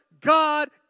God